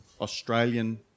Australian